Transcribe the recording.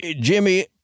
Jimmy